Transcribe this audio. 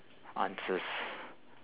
answers